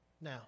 Now